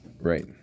Right